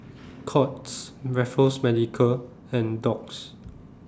Courts Raffles Medical and Doux